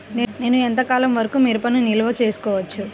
నేను ఎంత కాలం వరకు మిరపను నిల్వ చేసుకోవచ్చు?